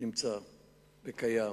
נמצא וקיים.